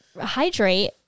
hydrate